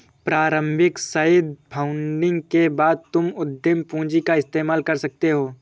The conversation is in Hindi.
प्रारम्भिक सईद फंडिंग के बाद तुम उद्यम पूंजी का इस्तेमाल कर सकते हो